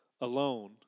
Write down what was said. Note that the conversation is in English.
alone